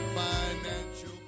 financial